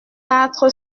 quatre